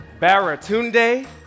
Baratunde